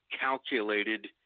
calculated